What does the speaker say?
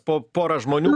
po porą žmonių